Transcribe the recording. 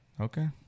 Okay